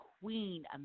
queen